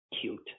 cute